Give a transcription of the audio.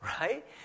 right